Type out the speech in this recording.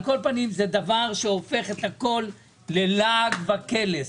זה דבר שהופך הכול ללעג וקלס,